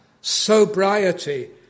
sobriety